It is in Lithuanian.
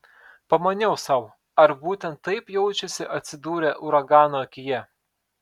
pamaniau sau ar būtent taip jaučiasi atsidūrę uragano akyje